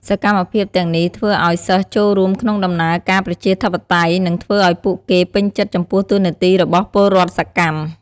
សកម្មភាពទាំងនេះធ្វើឱ្យសិស្សចូលរួមក្នុងដំណើរការប្រជាធិបតេយ្យ និងធ្វើឱ្យពួកគេពេញចិត្តចំពោះតួនាទីរបស់ពលរដ្ឋសកម្ម។